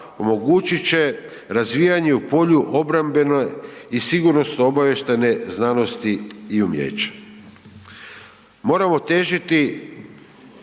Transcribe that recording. omogućit će razvijanje i u polju obrambene i sigurnosno-obavještajne znanosti i umijeća.